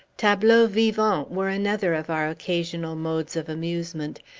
tableaux vivants were another of our occasional modes of amusement,